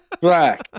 Black